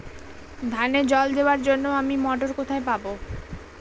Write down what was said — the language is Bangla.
ধানে জল দেবার জন্য আমি মটর কোথায় পাবো?